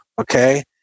okay